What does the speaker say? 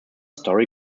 story